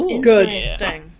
Good